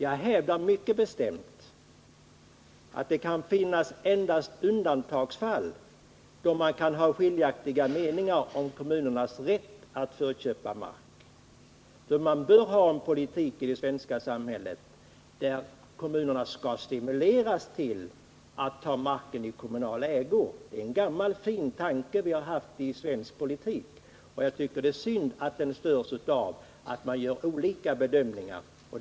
Jag hävdar mycket bestämt att det bara i undantagsfall finns motiv för en anrian bedömning än kommunernas vad gäller deras rätt att förköpa mark. Vi bör föra en politik här i landet som stimulerar till kommunalt ägande av mark. Det är en gammal och fin tanke i svensk politik. Jag tycker det är synd att den störs av olika bedömningar när det gäller kommunalt markköp.